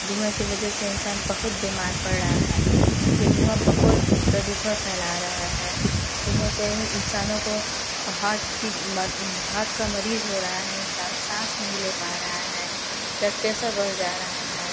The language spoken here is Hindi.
धुँए की वजह से इंसान बहुत बीमार पड़ रहा है ये धुँआ बहुत प्रदूषण फैला रहा है धुँए से इंसानों को हाट की हाट का मरीज हो रहा है इंसान सांस नहीं ले पा रहा है ब्लड प्रेसर बढ़ जा रहा है